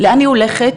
לאן היא הולכת?